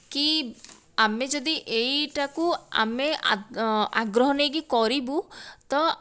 କି ଆମେ ଯଦି ଏଇଟାକୁ ଆମେ ଆଗ୍ରହ ନେଇକି କରିବୁ ତ